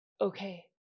okay